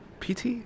PT